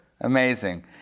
Amazing